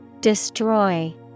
Destroy